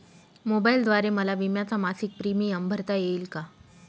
मोबाईलद्वारे मला विम्याचा मासिक प्रीमियम भरता येईल का?